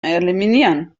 eliminieren